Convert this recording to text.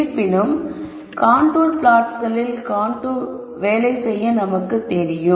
இருப்பினும் கான்டூர் ப்ளாட்ஸ்களில் வேலை செய்ய நமக்கு நன்கு தெரியும்